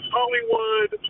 Hollywood